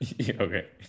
Okay